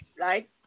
right